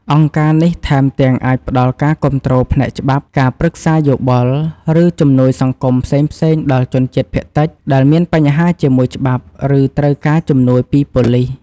អង្គការនេះថែមទាំងអាចផ្តល់ការគាំទ្រផ្នែកច្បាប់ ការប្រឹក្សាយោបល់ ឬជំនួយសង្គមផ្សេងៗដល់ជនជាតិភាគតិច ដែលមានបញ្ហាជាមួយច្បាប់ ឬត្រូវការជំនួយពីប៉ូលិស។